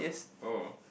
oh